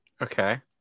Okay